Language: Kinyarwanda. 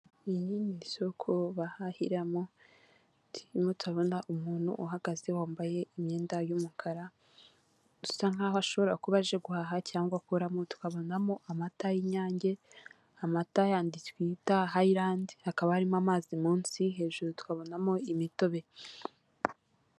Iri ni isoko bahahiramo turimo turabona umuntu uhagaze wambaye imyenda y'umukara dusa nkaho ashobora kuba aje guhaha cyangwa akuramo tukabonamo amata y'inyange amata yandi twita hayirandi, hakaba arimo amazi munsi hejuru tukabonamo imitobe.